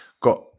Got